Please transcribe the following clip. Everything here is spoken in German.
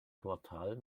quartal